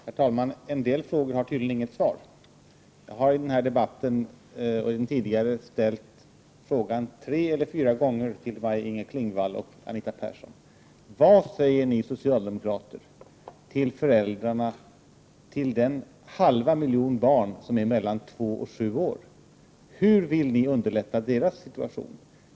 Herr talman! En del frågor har tydligen inget svar. Jag har i den här debatten och den tidigare ställt frågan tre eller fyra gånger till Maj-Inger Klingvall och Anita Persson: Vad säger ni socialdemokrater till föräldrarna till den halva miljon barn som är mellan två och sju år? Hur vill ni underlätta deras situation?